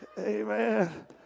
Amen